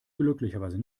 glücklicherweise